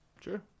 Sure